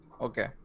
Okay